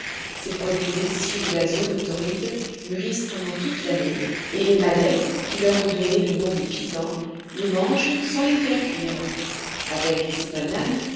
ces produits délicieux de la zone torride mûrissent pendant toute l'année et les malais qui leur ont donné le nom de pisang les mangent sans les faire cuire avec ces bananes